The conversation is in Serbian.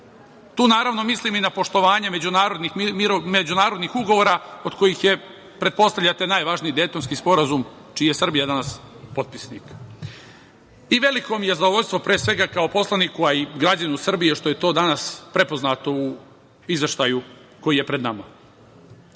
Tu naravno, mislim i na poštovanje međunarodnih ugovora, od kojih je, pretpostavljate, najvažniji Dejtonski sporazum, čiji je Srbija danas potpisnik. Veliko mi je zadovoljstvo, pre svega, kao poslaniku, a i građaninu Srbije, što je to danas prepoznato u izveštaju koji je pred nama. Sam